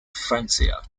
francia